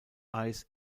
ice